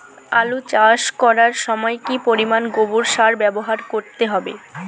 আলু চাষ করার সময় কি পরিমাণ গোবর সার ব্যবহার করতে হবে?